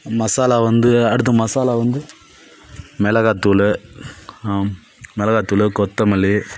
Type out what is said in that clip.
மசாலா வந்து அடுத்து மசாலா வந்து மிளகாத்தூளு மிளகாத்தூளு கொத்தமல்லி